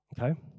Okay